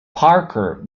parker